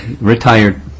Retired